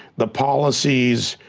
the policies,